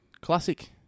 classic